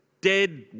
dead